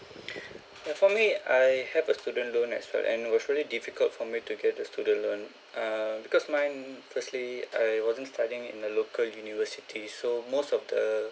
uh for me I have a student loan as well and was really difficult for me to get the student loan err because mine firstly I wasn't studying in the local university so most of the